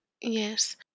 Yes